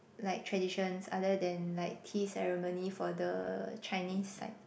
like traditions other than like tea ceremony for the Chinese side